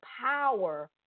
power